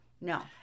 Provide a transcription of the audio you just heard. No